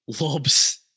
Lobs